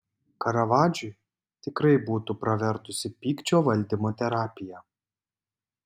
karavadžui tikrai būtų pravertusi pykčio valdymo terapija